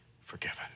forgiven